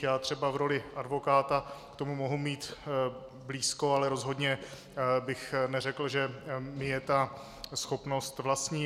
Já třeba v roli advokáta k tomu mohu mít blízko, ale rozhodně bych neřekl, že mi je ta schopnost vlastní.